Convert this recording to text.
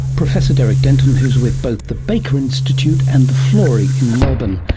professor derek denton who's with both the baker institute and the florey in melbourne,